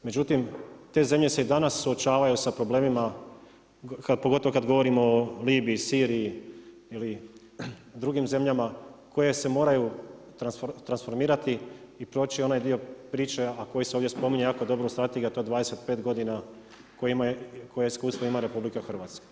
Međutim, te zemlje se i danas suočavaju sa problemima pogotovo kad govorimo o Libiji, Siriji ili drugim zemljama koje se moraju transformirati i proći onaj dio priče, a koji se ovdje spominje jako dobro u strategiji a to je 25 godina koje iskustvo ima RH.